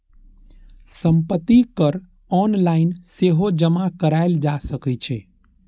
संपत्ति कर ऑनलाइन सेहो जमा कराएल जा सकै छै